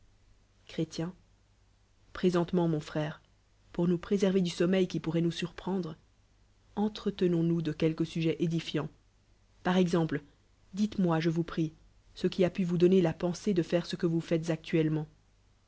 nt mon frère pour nous préserver du sommeil qui pourroit nous surprendre entretenoos llous de quelque suivi édifiant par nempjc dites-moi je vous prie ce qui a pu vous donner la pensée de fai r e ce que vous faites ac